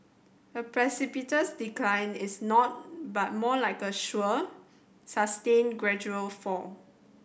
a precipitous decline is not but more like a sure sustained gradual fall